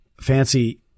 fancy